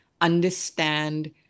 understand